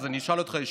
אז אשאל אותך ישירות,